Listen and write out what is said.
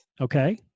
Okay